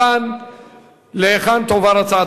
תראו, רבותי, מישהו מהקואליציה צעק לי כלכלה.